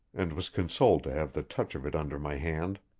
and was consoled to have the touch of it under my hand.